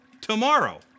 tomorrow